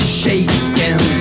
shaking